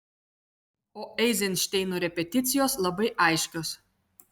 o eizenšteino repeticijos labai aiškios